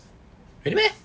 really meh